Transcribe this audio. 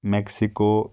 Mexico